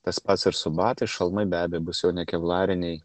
tas pats ir su batais šalmai be abipusio ne keblariniai